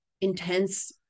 intense